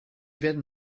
werden